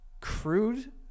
Crude